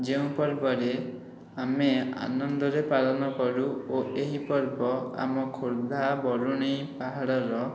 ଯେଉଁ ପର୍ବରେ ଆମେ ଆନନ୍ଦରେ ପାଳନ କରୁ ଓ ଏହି ପର୍ବ ଆମ ଖୋର୍ଦ୍ଧା ବରୁଣେଇ ପାହାଡ଼ର